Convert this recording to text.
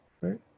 right